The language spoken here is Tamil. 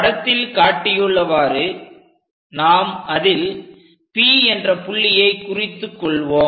படத்தில் காட்டியுள்ளவாறு நாம் அதில் P என்ற புள்ளியை குறித்துக் கொள்வோம்